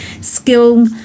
skill